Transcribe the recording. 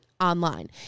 online